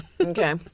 Okay